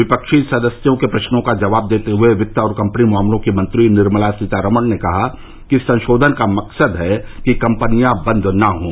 विपक्षी सदस्यों के प्रर्नों का जवाब देते हुए वित्त और कंपनी मामलों की मंत्री निर्मला सीतारामन ने कहा कि संशोधन का मकसद है कि कंपनियां बंद नहीं हों